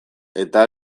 eta